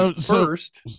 first